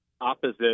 opposite